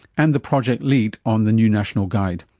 and the project lead on the new national guide.